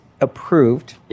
approved